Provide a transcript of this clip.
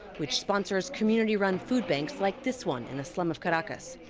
which sponsors community-run food banks like this one in a slum of caracas.